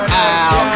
out